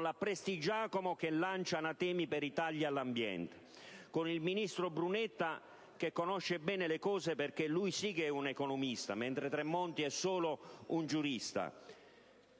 la Prestigiacomo lancia anatemi per i tagli all'ambiente. Il ministro Brunetta - che conosce bene le cose, perché lui sì che è un economista, mentre Tremonti è solo un giurista